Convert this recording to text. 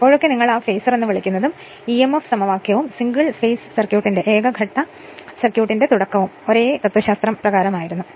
എപ്പോഴൊക്കെ നിങ്ങൾ ആ ഫേസർ എന്ന് വിളിക്കുന്നതും ഇ എം എഫ് സമവാക്യവും സിംഗിൾ ഫേസ് സർക്യൂട്ടിന്റെ തുടക്കവും ഒരേ തത്വശാസ്ത്രമായിരുന്നു